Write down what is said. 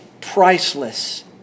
priceless